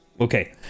okay